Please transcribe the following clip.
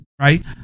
right